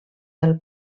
del